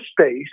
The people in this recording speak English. space